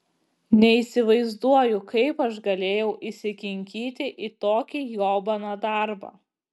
neįsivaizduoju kaip aš galėjau įsikinkyti į tokį jobaną darbą